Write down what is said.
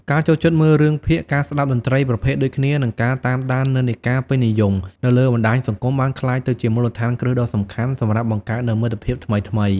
ការចូលចិត្តមើលរឿងភាគ ការស្តាប់តន្ត្រីប្រភេទដូចគ្នា និងការតាមដាននិន្នាការពេញនិយមនៅលើបណ្ដាញសង្គមបានក្លាយទៅជាមូលដ្ឋានគ្រឹះដ៏សំខាន់សម្រាប់បង្កើតនូវមិត្តភាពថ្មីៗ។